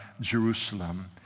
Jerusalem